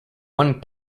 one